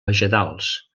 vegetals